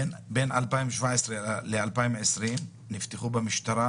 ב-42%; בין 2017 ל-2020 נפתחו במשטרה